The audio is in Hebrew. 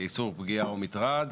איסור פגיעה ומטרד,